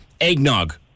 eggnog